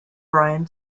brian